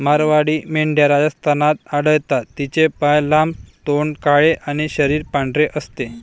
मारवाडी मेंढ्या राजस्थानात आढळतात, तिचे पाय लांब, तोंड काळे आणि शरीर पांढरे असते